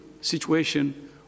situation